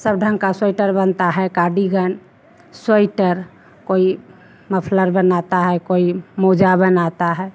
सब ढ़ंग का स्वीटर बनता है का डिजाईन स्वेइटर कोई मुफलर बनाता है कोई मोजा बनाता है